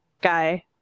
guy